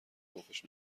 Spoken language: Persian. پفش